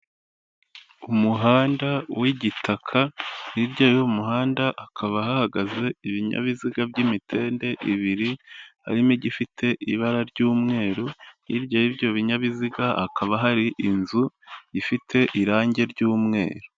Umuhanda w'igitaka hirya y'umuhandakaba hahagaze ibinyabiziga by'imitende ibiri harimo igifite ibara ry'umweru hirya y'ibyo binyabiziga hakaba hari inzu ifite irangi ry'umweru.